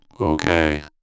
Okay